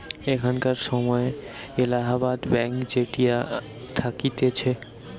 এখানকার সময় এলাহাবাদ ব্যাঙ্ক যেটা থাকতিছে